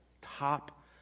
top